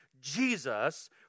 Jesus